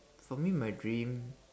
for me my dream